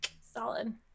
solid